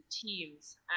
teams